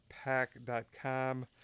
pack.com